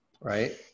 right